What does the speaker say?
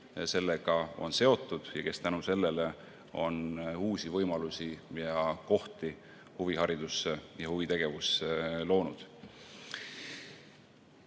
sellega on seotud ja kes tänu sellele on uusi võimalusi ja kohti huvihariduses ja huvitegevuses loonud.